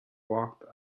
walked